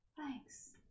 Thanks